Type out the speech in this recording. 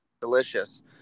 Delicious